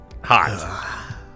hot